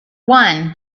one